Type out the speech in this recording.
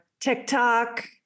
tiktok